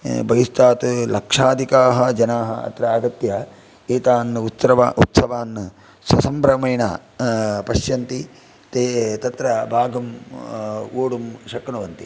बहिस्थात् लक्षादिकाः जनाः अत्र आगत्य एतान् उत्सव उत्सवान् ससम्भ्रमेण पश्यन्ति ते तत्र भागं ओढुं शक्नुवन्ति